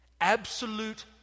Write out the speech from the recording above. absolute